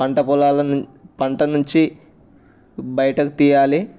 పంట పొలాలను పంట నుంచి బయటకు తీయాలి